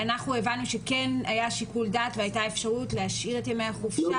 אנחנו הבנו שכן היה שיקול דעת והייתה אפשרות להשאיר את ימי החופשה.